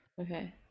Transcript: okay